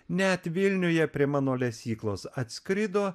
net vilniuje prie mano lesyklos atskrido